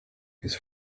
his